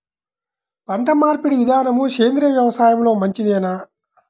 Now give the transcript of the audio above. పంటమార్పిడి విధానము సేంద్రియ వ్యవసాయంలో మంచిదేనా?